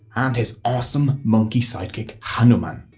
and his awesome monkey sidekick hanuman.